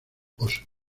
oslo